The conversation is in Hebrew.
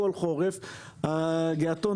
כבוד השר, תודה שאתה אתנו.